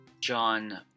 John